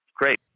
Great